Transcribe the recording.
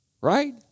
right